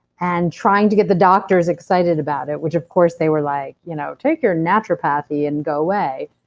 and trying to get the doctors excited about it. which of course they were like, you know take your naturopathy and go away.